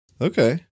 Okay